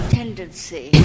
tendency